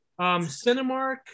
Cinemark